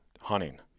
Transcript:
hunting